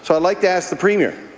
so i'd like to ask the premier,